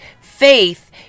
faith